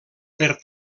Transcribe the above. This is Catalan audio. per